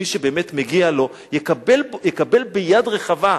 כדי שמי שבאמת מגיע לו יקבל ביד רחבה.